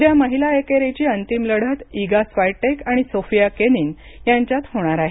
उद्या महिला एकेरीची अंतिम लढत इगा स्वायटेक आणि सोफिया केनिन यांच्यात होणार आहे